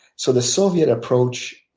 so the soviet approach,